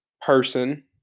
person